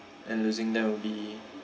and losing them will be